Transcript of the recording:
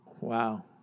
Wow